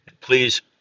Please